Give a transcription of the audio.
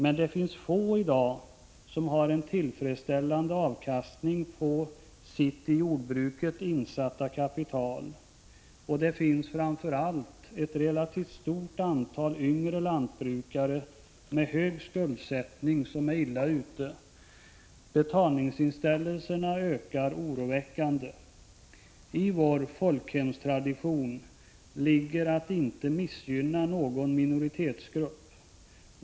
Men det finns få som i dag har en tillfredsställande avkastning på sitt i jordbruket insatta kapital, och det finns framför allt ett relativt stort antal yngre lantbrukare med hög skuldsättning som är illa ute. Betalningsinställelserna ökar oroväckande. I vår folkhemstradition ligger att inte missgynna någon minoritetsgrupp.